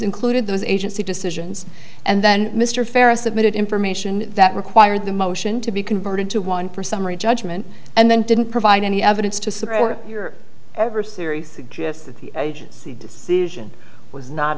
ncluded those agency decisions and then mr farrah submitted information that required the motion to be converted to one for summary judgment and then didn't provide any evidence to support your ever serious suggests that the agency decision was not